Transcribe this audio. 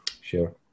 Sure